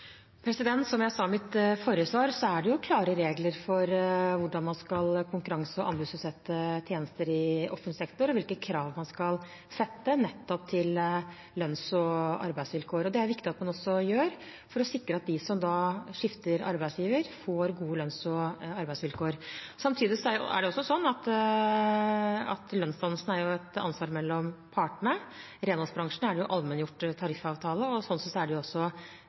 Som jeg sa i mitt forrige svar, er det klare regler for hvordan man skal konkurranse- og anbudsutsette tjenester i offentlig sektor, og hvilke krav man skal stille nettopp til lønns- og arbeidsvilkår. Det er det viktig at man også gjør, for å sikre at de som skifter arbeidsgiver, får gode lønns- og arbeidsvilkår. Samtidig er det også slik at lønnsdannelsen er et ansvar mellom partene. I renholdsbransjen er det allmenngjorte tariffavtaler, og slik sett er det også